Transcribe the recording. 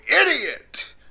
idiot